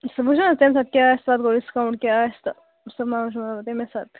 سُہ وُچھو نَہ تمی ساتہٕ کیٛاہ آسہِ تہٕ تتھ گوٚو ڈِسکاوُنٹ کیٛاہ آسہِ تہٕ سُہ ما وٕچھِ بہٕ تمی ساتہٕ